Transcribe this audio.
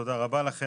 תודה רבה לכם.